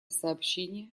сообщение